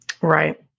Right